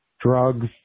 drugs